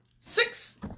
Six